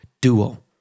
duo